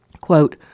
Quote